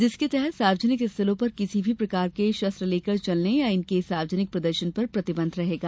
जिसके तहत सार्वजनिक स्थलों पर किसी भी प्रकार के शस्त्र लेकर चलने या इनके सार्वजनिक प्रदर्शन पर प्रतिबंध रहेगा